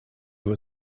were